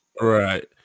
right